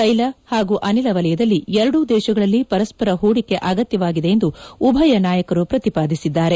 ತೈಲ ಪಾಗೂ ಅನಿಲ ವಲಯದಲ್ಲಿ ಎರಡೂ ದೇಶಗಳಲ್ಲಿ ಪರಸ್ಪರ ಪೂಡಿಕೆ ಅಗತ್ಯವಾಗಿದೆ ಎಂದು ಉಭಯ ನಾಯಕರು ಪ್ರತಿಪಾದಿಸಿದ್ದಾರೆ